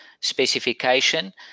specification